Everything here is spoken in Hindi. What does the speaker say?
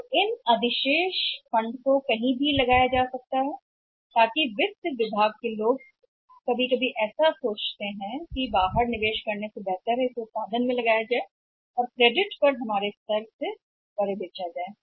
तो उन अधिशेष निधियों को कहीं भी पार्क किया जा सकता है ताकि वित्त लोग कभी कभी ऐसा सोचते हैं इसे बाहर पार्किंग की तुलना में निर्मित किया जा सकता है और क्रेडिट पर हमारे स्तर से परे बेचा जा सकता है